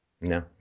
No